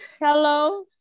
hello